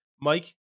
Mike